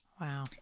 Wow